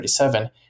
1937